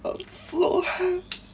oh it's so hang